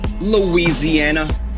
Louisiana